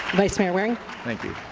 vice mayor waring thank you.